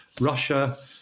Russia